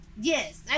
Yes